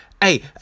Hey